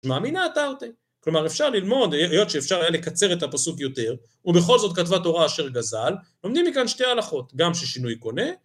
מאמינה התרתי. כלומר אפשר ללמוד, היות שאפשר היה לקצר את הפסוק יותר ובכל זאת כתבה תורה "אשר גזל" לומדים מכאן שתי הלכות: גם ששינוי קונה,